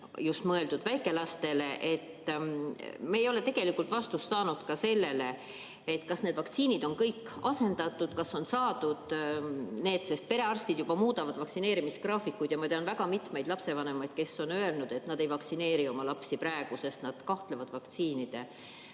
olid mõeldud väikelastele. Me ei ole tegelikult vastust saanud ka sellele, kas need vaktsiinid on kõik asendatud. Perearstid juba muudavad vaktsineerimisgraafikuid ja ma tean väga mitmeid lapsevanemaid, kes on öelnud, et nad ei vaktsineeri oma lapsi praegu, sest nad kahtlevad vaktsiinide